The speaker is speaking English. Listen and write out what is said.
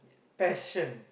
passion